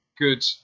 Good